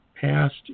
passed